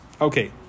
Okay